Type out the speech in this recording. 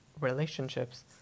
relationships